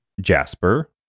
Jasper